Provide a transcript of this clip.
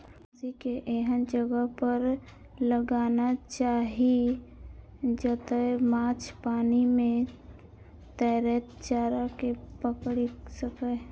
बंसी कें एहन जगह पर लगाना चाही, जतय माछ पानि मे तैरैत चारा कें पकड़ि सकय